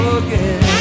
again